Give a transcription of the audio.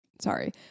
Sorry